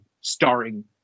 starring